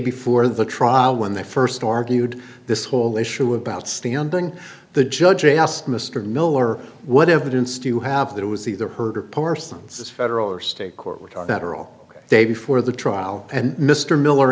before the trial when they st argued this whole issue about standing the judge asked mr miller what evidence do you have that was either heard or parsons's federal or state court which are better all day before the trial and mr miller